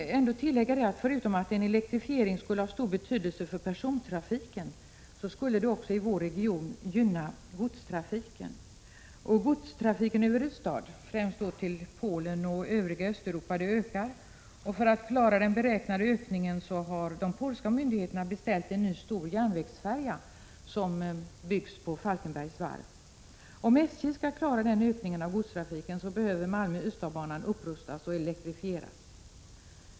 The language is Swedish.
Förutom att en elektrifiering skulle ha stor betydelse för persontrafiken skulle den också gynna godstrafiken i vår region. Godstrafiken över Ystad, främst till Polen och övriga Östeuropa, ökar. För att klara den beräknade ökningen har de polska myndigheterna beställt en ny stor järnvägsfärja, som byggs på Falkenbergs varv. Om SJ skall klara den ökningen av godstrafiken behöver Malmö-Ystad-banan upprustas och elektrifieras.